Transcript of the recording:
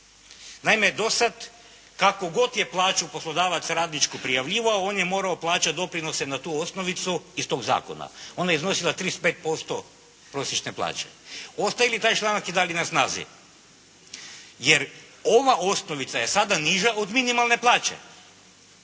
Naime, do sada kakvu god je plaću poslodavac radničku prijavljivao on je morao plaćati doprinose na tu osnovicu iz toga zakona. Ona je iznosila 35% prosječne plaće. Ostaje li taj članak i dalje na snazi? Jer ova osnovica je sada niža od minimalne plaće.